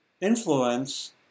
influence